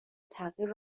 تغییر